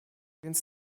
więc